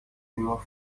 بیمار